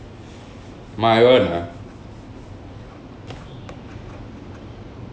my [one] ah